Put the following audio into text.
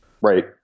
Right